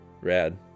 Rad